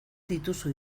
dituzu